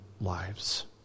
lives